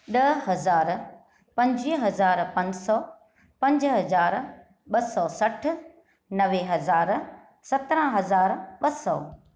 ॾ हज़ार पंजुवीह हज़ार पंज सौ पंज हज़ार ब॒ सौ सठ नवे हज़ार सत्रहं हज़ार ब॒ सौ